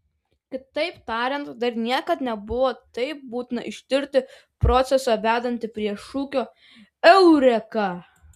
kitaip tariant dar niekad nebuvo taip būtina ištirti procesą vedantį prie šūkio eureka